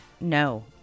No